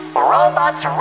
Robots